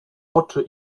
oczy